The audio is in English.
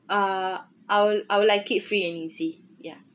uh I'll I would like it free and easy ya